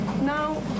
now